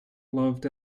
loved